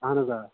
اَہَن حظ آ